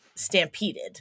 stampeded